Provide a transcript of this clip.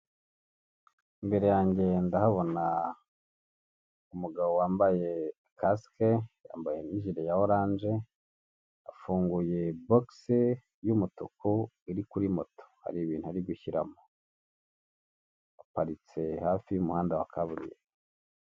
Imbere yanjye ndahabona umugabo wambaye kasike, yambaye n'ijire ya oranje, afunguye bogisi y'umutuku iri kuri moto, hari ibintu ari gushyiramo. Aparitse hafi y'umuhanda wa kaburimbo.